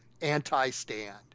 anti-stand